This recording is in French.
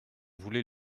voulait